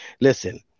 Listen